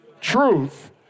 truth